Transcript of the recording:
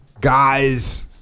guys